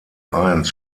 eins